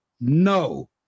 no